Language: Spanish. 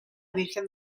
virgen